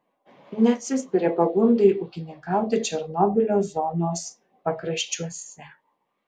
neatsispiria pagundai ūkininkauti černobylio zonos pakraščiuose